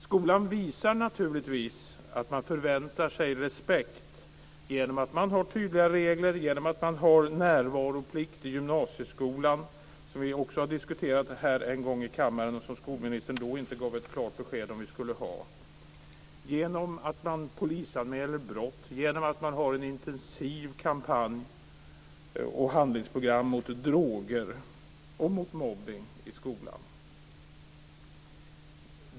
Skolan visar naturligtvis att man förväntar sig respekt genom att man har tydliga regler, genom att man har närvaroplikt i gymnasieskolan - som vi också har diskuterat här en gång i kammaren och som skolministern då inte gav ett klart besked om att vi skulle ha -, genom att man polisanmäler brott, genom att man har en intensiv kampanj och ett handlingsprogram mot droger och mot mobbning i skolan.